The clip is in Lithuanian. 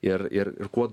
ir ir ir kuo